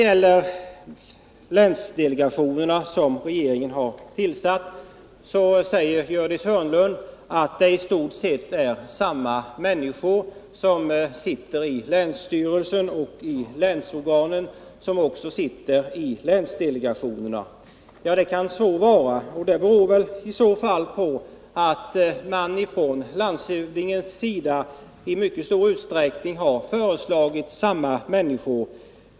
Om länsdelegationerna, som regeringen har tillsatt, säger Gördis Hörnlund att det i stort sett är samma människor som sitter i länsstyrelserna och länsorganen som också sitter i länsdelegationerna. Det må så vara, och det beror väl i så fall på att landshövdingen har föreslagit samma människor.